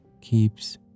keeps